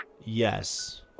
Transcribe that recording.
Yes